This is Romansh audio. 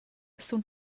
sun